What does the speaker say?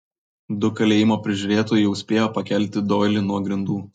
du kalėjimo prižiūrėtojai jau spėjo pakelti doilį nuo grindų